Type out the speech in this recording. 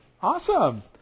Awesome